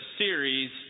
series